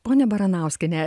ponia baranauskiene